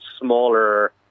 smaller